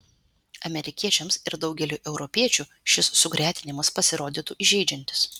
amerikiečiams ir daugeliui europiečių šis sugretinimas pasirodytų įžeidžiantis